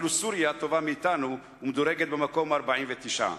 אפילו סוריה טובה מאתנו ומדורגת במקום ה-49.